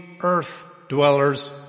earth-dwellers